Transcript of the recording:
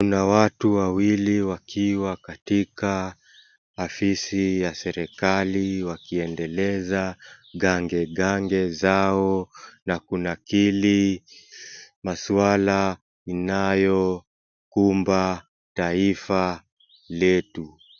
Kuna watu wawili wakiwa katika afisi ya serikali wakiendeleza gange gange zao na kunakili maswala inayokumba taifa letu.